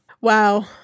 Wow